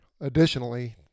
additionally